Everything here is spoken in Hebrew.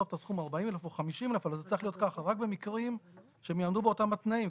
40,000 או 50,000 רק במקרים שהם יעמדו באותם התנאים.